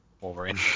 Wolverine